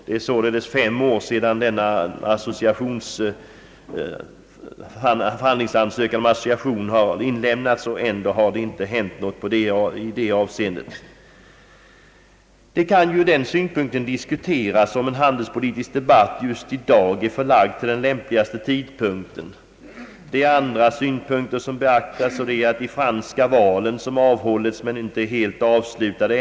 Det är fem år sedan denna förhandlingsansökan om association inlämnades, och ändå har det inte hänt något i det avseendet. Det kan ur den synpunkten diskuteras om just denna dag är den lämpligaste tidpunkten för en handelspolitisk debatt. Andra synpunkter att beakta är att de franska valen som nu avhålls inte är helt avslutade.